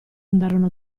andarono